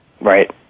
right